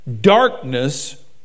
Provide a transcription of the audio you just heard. darkness